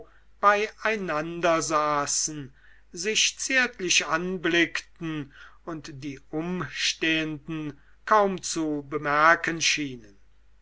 beieinander saßen sich zärtlich anblickten und die umstehenden kaum zu bemerken schienen